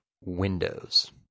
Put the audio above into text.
windows